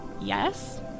Yes